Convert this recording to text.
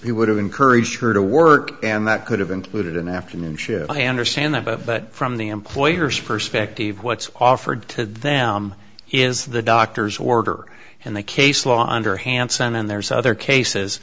he would have encouraged her to work and that could have included an afternoon shift i understand that but from the employer's perspective what's offered to them is the doctor's order and the case law under hansen and there's other cases